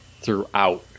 throughout